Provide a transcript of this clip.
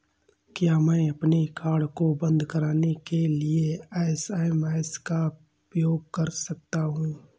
क्या मैं अपने कार्ड को बंद कराने के लिए एस.एम.एस का उपयोग कर सकता हूँ?